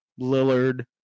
Lillard